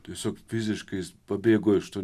tiesiog fiziškai jis pabėgo iš